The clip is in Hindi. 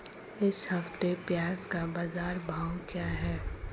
इस हफ्ते प्याज़ का बाज़ार भाव क्या है?